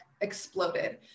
exploded